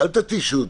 חבר'ה, אל תתישו אותי.